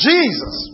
Jesus